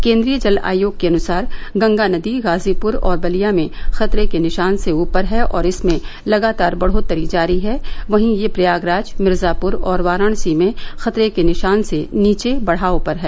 केन्द्रीय जल आयोग के अनुसार गेगा नदी गाजीपुर और बलिया में खतरे के निशान से उपर है और इसमें लगातार बढ़ोत्तरी जारी है वहीं यह प्रयागराज मिर्जापुर और वाराणसी में खतरे के निशान से नीचे बढ़ाव पर है